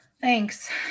Thanks